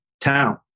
town